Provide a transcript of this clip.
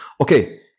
Okay